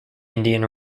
indian